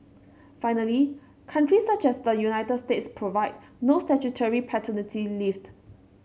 finally countries such as the United States provide no statutory paternity leaved